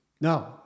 No